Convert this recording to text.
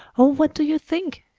oh, what do you think?